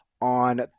on